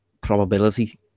probability